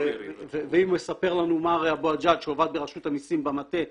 אם יספר לנו מר אבו עג'אג' שעבד ברשות המסים במטה,